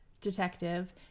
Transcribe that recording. detective